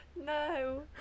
No